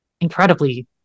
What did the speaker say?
incredibly